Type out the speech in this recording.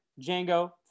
Django